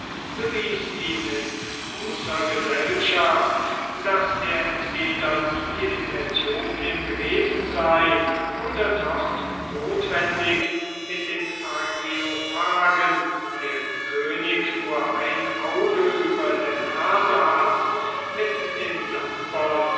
bewies ihm in großer gesellschaft daß er entweder nie in aethiopien gewesen sei oder dort notwendig mit den agriophagen deren könig nur ein auge über der nase hat mit den